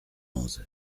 onze